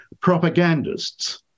propagandists